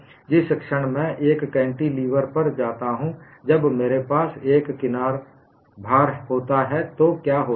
जिस क्षण मैं एक कैंटीलीवर पर जाता हूं जब मेरे पास एक किनार भार होता है तो क्या होता है